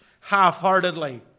half-heartedly